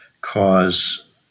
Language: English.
cause